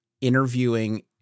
interviewing